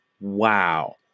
wow